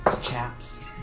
chaps